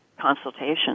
Consultation